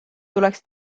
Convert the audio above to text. tuleks